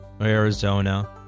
Arizona